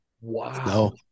Wow